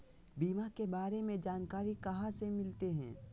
बीमा के बारे में जानकारी कहा से मिलते?